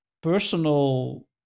personal